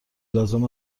لازم